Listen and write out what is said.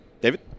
David